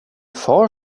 far